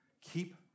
Keep